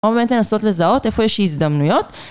עומד לנסות לזהות, איפה יש הזדמנויות?